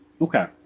Okay